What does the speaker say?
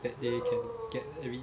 that they can get every